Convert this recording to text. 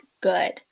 good